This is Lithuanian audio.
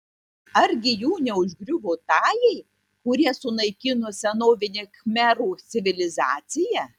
argi jų neužgriuvo tajai kurie sunaikino senovinę khmerų civilizaciją